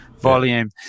volume